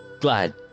glad